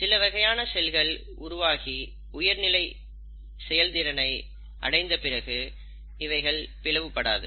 சில வகையான செல்கள் உருவாகி உயர்நிலை செயல்திறனை அடைந்த பிறகு இவைகள் பிளவு படாது